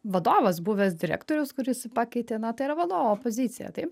vadovas buvęs direktorius kuris pakeitė na tai yra vadovo pozicija taip